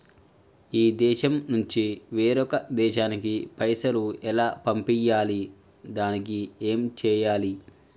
ఈ దేశం నుంచి వేరొక దేశానికి పైసలు ఎలా పంపియ్యాలి? దానికి ఏం చేయాలి?